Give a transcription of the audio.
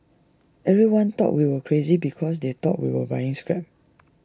everyone thought we were crazy because they thought we were buying scrap